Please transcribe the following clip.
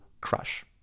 crush